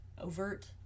overt